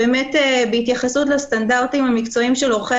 בהתייחסות לסטנדרטים המקצועיים של עורכי